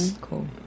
Cool